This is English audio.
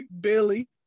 Billy